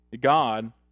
God